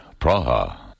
Praha